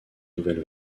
nouvelle